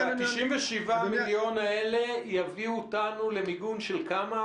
ו-97 מיליון השקלים האלה יביאו אותנו למיגון של כמה,